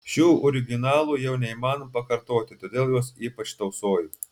šių originalų jau neįmanoma pakartoti todėl juos ypač tausoju